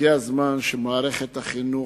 הגיע הזמן שמערכת החינוך